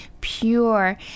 pure